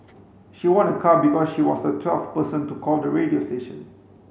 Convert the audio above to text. she won a car because she was the twelfth person to call the radio station